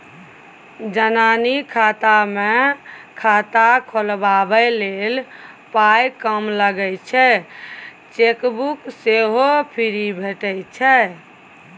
जनानी खाता मे खाता खोलबाबै लेल पाइ कम लगै छै चेकबुक सेहो फ्री भेटय छै